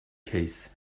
case